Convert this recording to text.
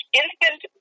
instant